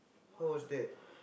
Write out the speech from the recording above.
how was that